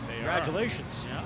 Congratulations